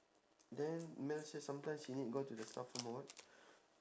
then ma'am said sometimes she need to go to the staff room or what